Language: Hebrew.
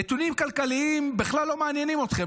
נתונים כלכליים בכלל לא מעניינים אתכם.